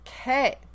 Okay